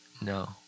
No